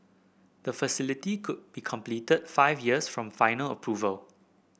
the facility could be completed five years from final approval